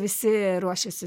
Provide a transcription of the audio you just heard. visi ruošiasi